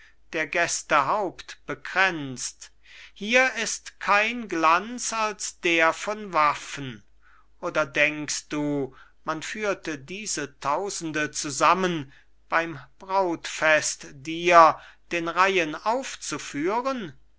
der gäste haupt bekränzt hier ist kein glanz als der von waffen oder denkst du man führte diese tausende zusammen beim brautfest dir den reihen aufzuführen